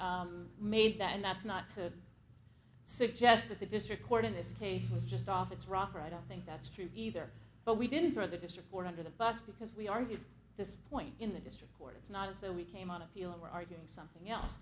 we made that and that's not to suggest that the district court in this case was just off its rocker i don't think that's true either but we didn't draw the district court under the bus because we argued this point in the district court it's not as though we came out appealing we're arguing something else